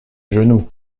genou